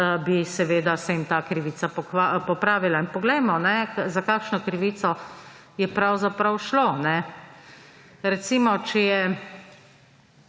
bi seveda se jim ta krivica popravila. In poglejmo, za kakšno krivico je pravzaprav šlo. Recimo, če je